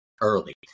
early